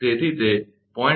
તેથી તે 0